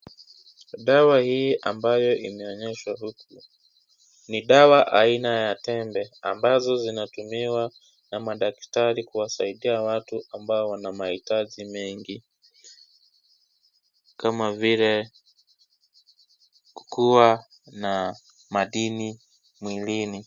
Dawa hii ambayo inaonyeshwa huku ni dawa aina ya tembe ambazo zinatumiwa na madaktari kuwasaidia watu ambao wana mahitaji mengi kama vile kuwa na madini mwilini.